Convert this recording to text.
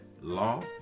law